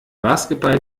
basketball